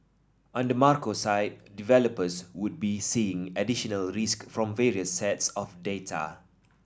on the macro side developers would be seeing additional risk from various sets of data